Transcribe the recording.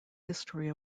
history